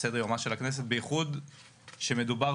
בייחוד כשמדובר